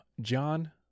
John